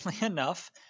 enough